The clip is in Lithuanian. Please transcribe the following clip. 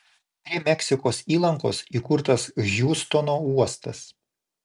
prie meksikos įlankos įkurtas hjustono uostas